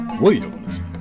Williams